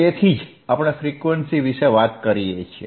તેથી જ આપણે ફ્રીક્વન્સી વિશે વાત કરીએ છીએ